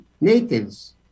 natives